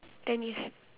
ten years